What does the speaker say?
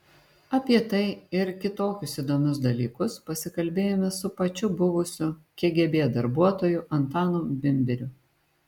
apie tai ir kitokius įdomius dalykus pasikalbėjome su pačiu buvusiu kgb darbuotoju antanu bimbiriu